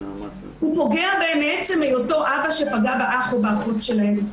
הוא פוגע בהם מעצם היותו אבא שפגע באח או באחות שלהם,